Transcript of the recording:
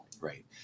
right